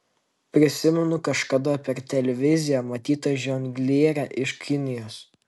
prisimenu kažkada per televiziją matytą žonglierę iš kinijos